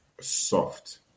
soft